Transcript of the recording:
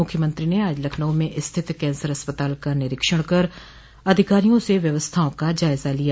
मुख्यमंत्री ने आज लखनऊ स्थित कैंसर अस्पताल का निरीक्षण कर अधिकारियों से व्यवस्थाओं का जायजा लिया